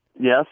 Yes